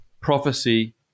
prophecy